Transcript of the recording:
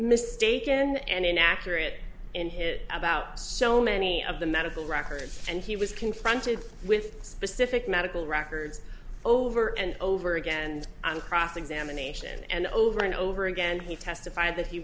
mistaken and inaccurate in here about so many of the medical records and he was confronted with specific medical records over and over again and on cross examination and over and over again he testified that he